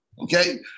Okay